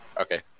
Okay